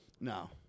No